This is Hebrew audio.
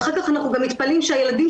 ואחר כך אנחנו גם מתפלאים שיש לילדים